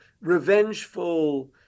revengeful